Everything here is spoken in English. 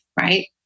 right